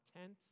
tent